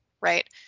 right